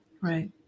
Right